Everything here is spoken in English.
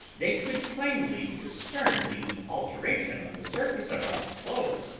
they could plainly discern the alteration on the surface of our globe,